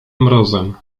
mrozem